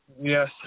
Yes